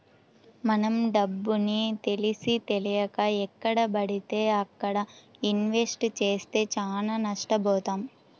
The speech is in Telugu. మనం డబ్బుని తెలిసీతెలియక ఎక్కడబడితే అక్కడ ఇన్వెస్ట్ చేస్తే చానా నష్టబోతాం